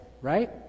Right